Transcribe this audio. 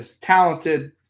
talented